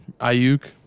Ayuk